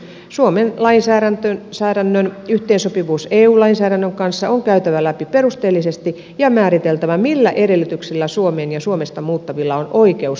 suomen lainsäädännön yhteensopivuus eu lainsäädännön kanssa on käytävä läpi perusteellisesti ja määriteltävä millä edellytyksillä suomeen ja suomesta muuttavilla on oikeus sosiaaliturvaetuuksiin